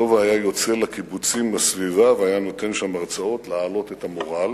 לובה היה יוצא לקיבוצים בסביבה והיה נותן שם הרצאות להעלות את המורל,